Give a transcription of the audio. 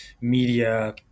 media